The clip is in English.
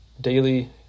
daily